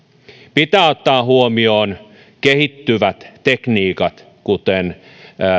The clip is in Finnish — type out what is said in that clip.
pitää ottaa huomioon kehittyvät tekniikat kuten